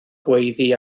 gweiddi